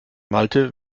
malte